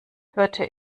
hörte